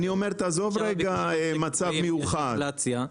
עכשיו הביקושים גבוהים כי יש אינפלציה,